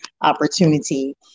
opportunity